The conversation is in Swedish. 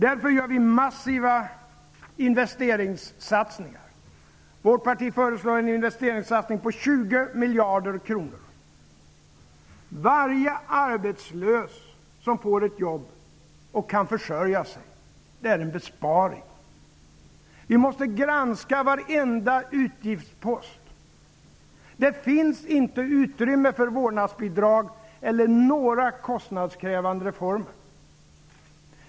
Därför gör vi massiva investeringssatsningar. Vårt parti föreslår en investeringssatsning på 20 miljarder kronor. Varje arbetslös som får ett jobb och kan försörja sig är en besparing. Vi måste granska varenda utgiftspost. Det finns inte utrymme för vårdnadsbidrag eller några kostnadskrävande reformer.